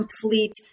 complete